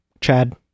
chad